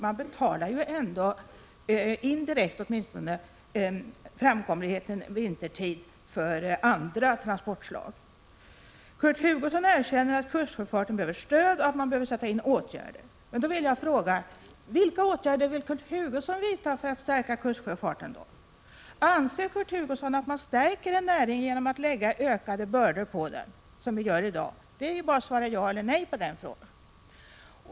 Man betalar ju åtminstone indirekt för framkomligheten vintertid för andra transportslag. Kurt Hugosson erkänner att kustsjöfarten behöver stöd och att man bör sätta in åtgärder. Vilka åtgärder är det då Kurt Hugosson vill vidta för att stärka kustsjöfarten? Anser Kurt Hugosson att man stärker en näring genom att lägga ökade bördor på den, som man gör i dag? Det går bra att svara ja eller nej på den frågan.